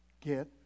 Get